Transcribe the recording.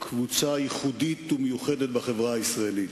קבוצה ייחודית ומיוחדת בחברה הישראלית.